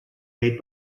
made